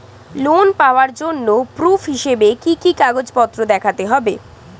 Loan পাওয়ার জন্য proof হিসেবে কি কি কাগজপত্র দেখাতে হবে?